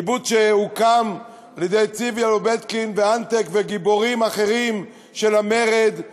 קיבוץ שהוקם על-ידי יצחק צוקרמן וצביה לובטקין וגיבורים אחרים של המרד,